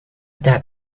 that